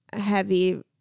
heavy